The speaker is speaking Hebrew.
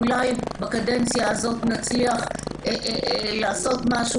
אולי בקדנציה הזאת נצליח לעשות משהו